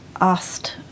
asked